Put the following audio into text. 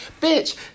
bitch